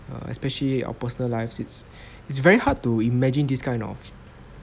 uh especially our personal lives it's it's very hard to imagine this kind of